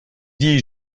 dis